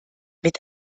mit